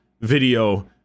video